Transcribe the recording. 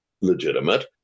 legitimate